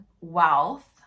wealth